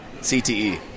CTE